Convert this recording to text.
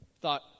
thought